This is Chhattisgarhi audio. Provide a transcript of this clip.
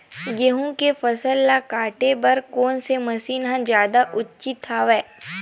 गेहूं के फसल ल काटे बर कोन से मशीन ह जादा उचित हवय?